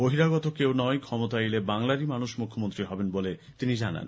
বহিরাগত কেউ নয় ক্ষমতায় এলে বাংলার মানুষই মুখ্যমন্ত্রী হবেন বলে তিনি জানান